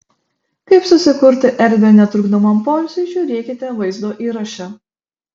kaip susikurti erdvę netrukdomam poilsiui žiūrėkite vaizdo įraše